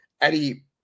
Eddie